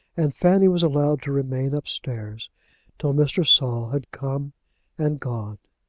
and fanny was allowed to remain upstairs till mr. saul had come and gone.